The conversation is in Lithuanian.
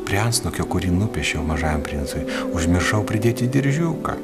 prie antsnukio kurį nupiešiau mažajam princui užmiršau pridėti diržiuką